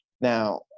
Now